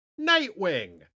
Nightwing